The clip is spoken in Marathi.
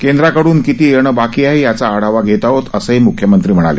केंद्राकडून किती येणं बाकी आहे त्याचा आढावा घेत आहोत असंही मुख्यमंत्री म्हणाले